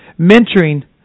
Mentoring